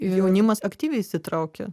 jaunimas aktyviai įsitraukia